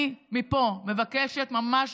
מפה אני מבקשת ממש,